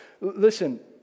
Listen